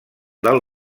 del